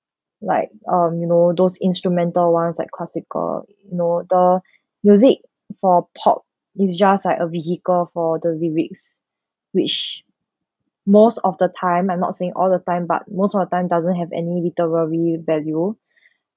like um you know those instrumental ones like classical you know the music for pop is just like a vehicle for the lyrics which most of the time I'm not saying all the time but most of the time doesn't have any literary value